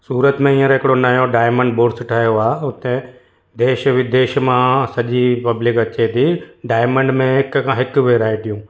सूरत में हींअर हिकिड़ो नयो डायमंड बोर्स ठहियो आहे हुते देश विदेश मां सॼी पब्लिक अचे थी डायमंड में हिक खां हिक वैरायटियूं